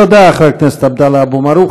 תודה, חבר הכנסת עבדאללה אבו מערוף.